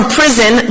prison